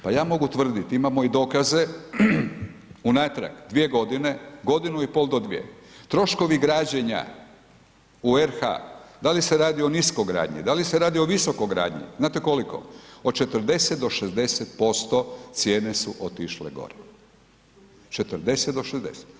Pa ja mogu tvrditi, imamo i dokaze unatrag dvije godine, 1,5 do 2 troškovi građenja u RH, da li se radi o niskogradnji, da li se radi o visoko gradnji, znate koliko, od 40 do 60% cijene su otišle gore, 40 do 60.